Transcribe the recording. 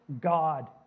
God